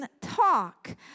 talk